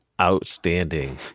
outstanding